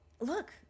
look